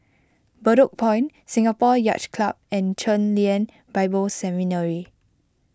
Bedok Point Singapore Yacht Club and Chen Lien Bible Seminary